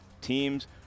team's